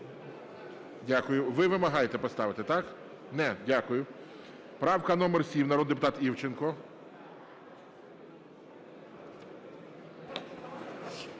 Дякую. Ви вимагаєте поставити, так? Ні, дякую. Правка номер 7, народний депутат Івченко.